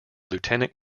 lieutenant